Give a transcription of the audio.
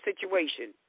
situation